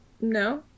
No